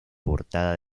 portada